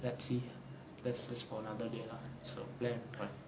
let's see that that's for another day lah so plan but